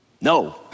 No